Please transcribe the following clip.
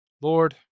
Lord